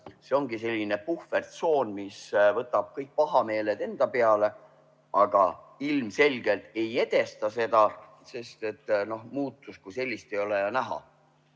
see ongi selline puhvertsoon, mis võtab kõik pahameele enda peale, aga ilmselgelt ei edesta seda, sest muutust kui sellist ei ole näha.